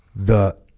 the